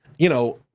you know,